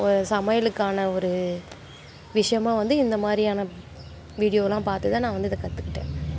சமையலுக்கான ஒரு விஷயமா வந்து இந்த மாதிரியான வீடியோயெல்லாம் பார்த்து தான் நான் வந்து இதை கற்றுக்கிட்டேன்